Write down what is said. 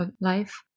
life